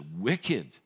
wicked